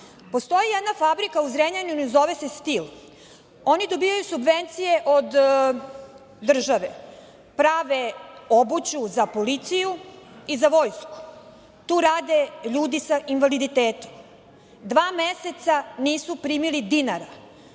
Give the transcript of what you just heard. postoji jedna fabrika u Zrenjaninu i zove se „Stil“, ono dobijaju subvencije od države, prave obuću za policiju i za vojsku, tu rade ljudi sa invaliditetom. Dva meseca nisu primili dinara.